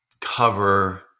cover